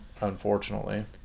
unfortunately